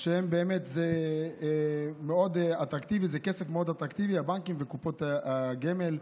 זה כסף מאוד אטרקטיבי לבנקים וקופות הגמל.